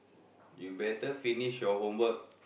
you better finish your homework